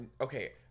Okay